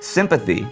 sympathy